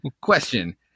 Question